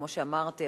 וכמו שאמרתי,